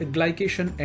Glycation